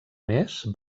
més